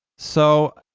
so,